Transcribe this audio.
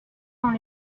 dans